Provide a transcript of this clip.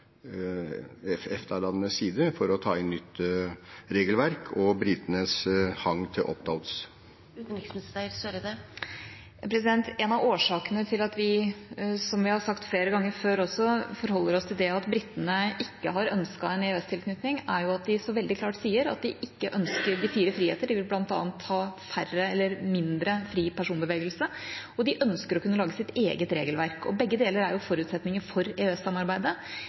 EFTA-landenes side for å ta inn nytt regelverk og britenes hang til «opt-outs»? En av årsakene til at vi, som vi har sagt flere ganger før, forholder oss til det at britene ikke har ønsket en EØS-tilknytning, er at de så veldig klart sier at de ikke ønsker de fire friheter. De vil bl.a. ha mindre fri personbevegelse, og de ønsker å kunne lage sitt eget regelverk. Begge deler er forutsetninger for